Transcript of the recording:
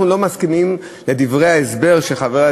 אנחנו לא מסכימים לדברי ההסבר של חברת